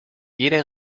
jeder